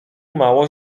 mało